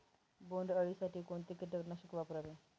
बोंडअळी साठी कोणते किटकनाशक वापरावे?